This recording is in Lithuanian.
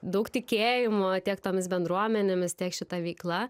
daug tikėjimo tiek tomis bendruomenėmis tiek šita veikla